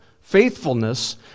faithfulness